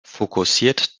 fokussiert